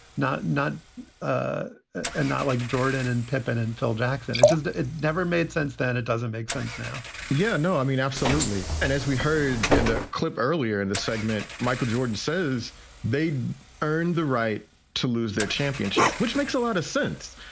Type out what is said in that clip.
not, not ah and not like jordan and pippen and phil jackson. it just never made sense then. it doesn't make sense now yeah, no, i mean, absolutely. and as we heard in the clip earlier in the segment, michael jordan says they earned the right to lose their championship, which makes a lot of sense.